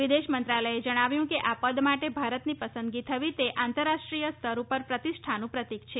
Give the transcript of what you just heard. વિદેશ મંત્રાલયે જણાવ્યું કે આ પદ માટે ભારતની પસંદગી થવી તે આંતરરાષ્ટ્રીય સ્તર પર પ્રતિષ્ઠાનું પ્રતીક છે